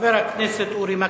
חבר הכנסת אורי מקלב.